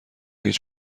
هیچ